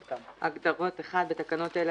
"הגדרות בתקנות אלה,